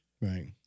Right